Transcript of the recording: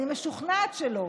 אני משוכנעת שלא.